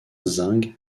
zinc